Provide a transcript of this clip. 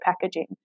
packaging